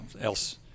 else